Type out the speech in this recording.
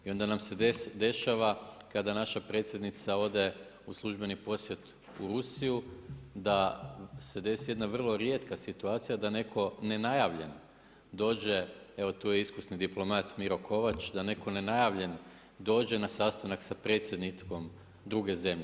I onda nam se dešava kada naša predsjednica ode u službeni posjet u Rusiju da se desi jedna vrlo rijetka situacija da netko nenajavljen dođe, evo tu je iskusni diplomat Miro Kovač, da netko nenajavljen dođe na sastanak sa predsjednikom druge zemlje.